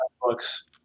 books